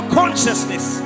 consciousness